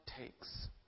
takes